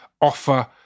offer